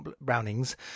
Brownings